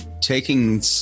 taking